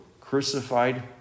crucified